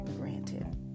granted